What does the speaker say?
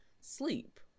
sleep